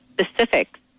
specifics